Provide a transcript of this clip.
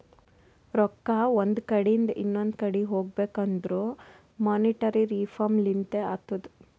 ರೊಕ್ಕಾ ಒಂದ್ ಕಡಿಂದ್ ಇನೊಂದು ಕಡಿ ಹೋಗ್ಬೇಕಂದುರ್ ಮೋನಿಟರಿ ರಿಫಾರ್ಮ್ ಲಿಂತೆ ಅತ್ತುದ್